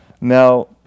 Now